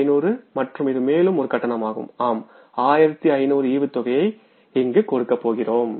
1500 மற்றும் இது மேலும் ஒரு கட்டணமாகும் ஆம் 1500 டிவிடெண்ட் யை இங்கு கொடுக்கப்போகிறோம்